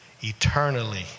eternally